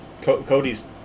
Cody's